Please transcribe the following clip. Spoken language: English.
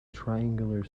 triangular